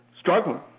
struggling